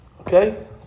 Okay